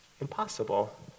impossible